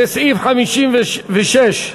לסעיף 56(1),